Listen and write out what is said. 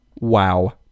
Wow